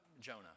Jonah